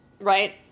right